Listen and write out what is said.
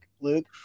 Luke